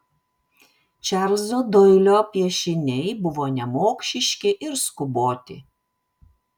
čarlzo doilio piešiniai buvo nemokšiški ir skuboti